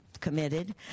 committed